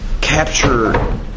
capture